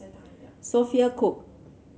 Sophia Cooke